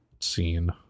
scene